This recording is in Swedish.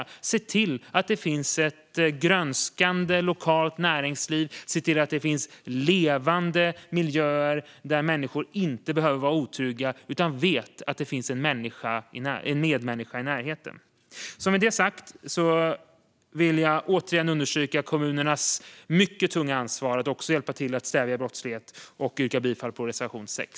De kan se till att det finns ett grönskande lokalt näringsliv och levande miljöer där människor inte behöver vara otrygga utan vet att det finns en medmänniska i närheten. Med detta sagt vill jag återigen understryka kommunernas mycket tunga ansvar för att hjälpa till att stävja brottslighet. Jag yrkar bifall till reservation 6.